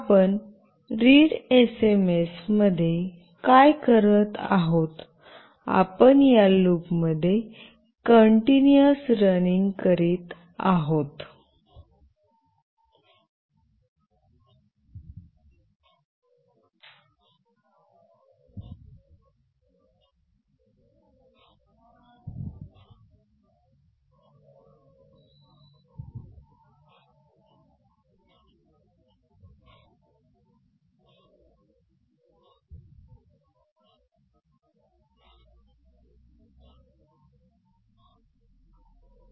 आपण रीडएसएमएस मध्ये काय करत आहोत आपण या लूपमध्ये कन्टीन्यूस रनिंग आहोत